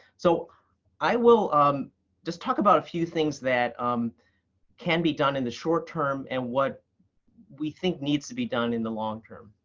so i will um just talk about a few things that um can be done in the short-term and what we think needs to be done in the long-term.